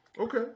Okay